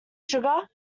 sugar